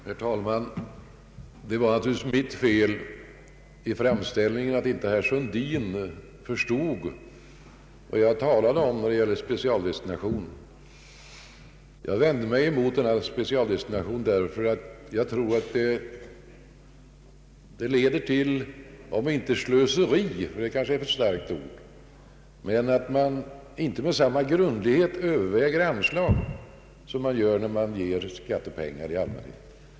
Herr talman! Det var naturligtvis ett fel i min framställning som gjorde att herr Sundin inte förstod vad jag talade om när det gällde specialdestinationer. Jag har vänt mig mot specialdestinationer därför att jag anser att de leder till om inte slöseri — det är kanske ett alltför starkt ord — så dock till att man inte med samma grundlighet överväger anslag som man gör när man ger skattepengar i allmänhet.